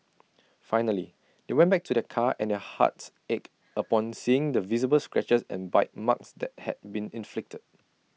finally they went back to their car and their hearts ached upon seeing the visible scratches and bite marks that had been inflicted